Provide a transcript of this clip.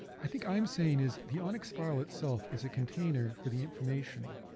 i think i'm saying is the onix file itself is a container for the information.